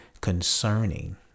concerning